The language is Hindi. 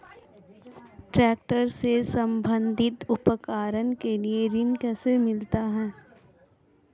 ट्रैक्टर से संबंधित उपकरण के लिए ऋण कैसे मिलता है?